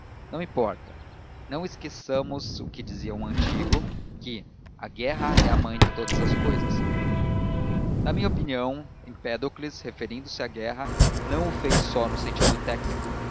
não importa não esqueçamos o que dizia um antigo que a guerra é a mãe de todas as cousas na minha opinião empédocles referindo-se à guerra não o fez só no sentido técnico